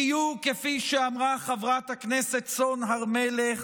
בדיוק כפי שאמרה חברת הכנסת סון הר מלך,